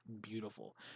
beautiful